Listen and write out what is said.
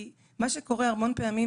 כי מה שקורה המון פעמים